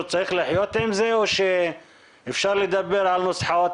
הוא צריך לחיות עם זה או שאפשר לדבר על נוסחאות